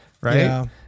Right